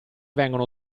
vengono